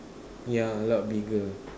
yeah a lot bigger